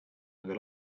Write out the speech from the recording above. aga